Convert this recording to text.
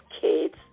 kids